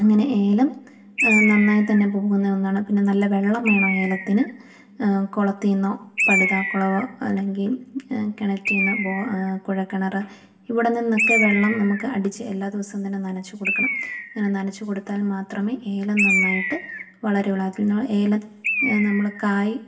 അങ്ങനെ ഏലം നന്നായി തന്നെ പോകുന്ന ഒന്നാണ് പിന്നെ നല്ല വെള്ളം വേണം ഏലത്തിന് കുളത്തിൽ നിന്നോ പടുത കുളവോ അല്ലെങ്കിൽ കിണറ്റിൽ നിന്നോ ബോ കുഴക്കിണറ് ഇവിടെ നിന്നൊക്കെ വെള്ളം നമുക്ക് അടിച്ച് എല്ലാ ദിവസവും തന്നെ നനച്ച് കൊടുക്കണം അങ്ങനെ നനച്ച് കൊടുത്താൽ മാത്രമേ ഏലം നന്നായിട്ട് വളരുള്ളു അതിൽ നിന്ന് ഏലം നമ്മള് കായ്